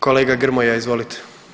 Kolega Grmoja, izvolite.